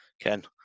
ken